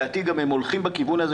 ולדעתי הם הולכים בכיוון הזה